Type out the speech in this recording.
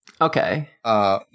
Okay